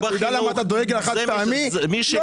תגיד לי, את לא מתבייש.